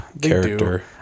character